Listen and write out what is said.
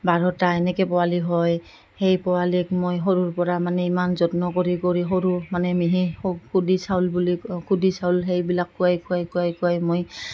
বাৰটা এনেকৈ পোৱালি হয় সেই পোৱালিক মই সৰুৰ পৰা মানে ইমান যত্ন কৰি কৰি সৰু মানে মিহি খুদি চাউল বুলি খুদি চাউল সেইবিলাক খোৱাই খোৱাই খোৱাই খোৱাই মই